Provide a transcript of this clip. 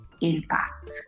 impact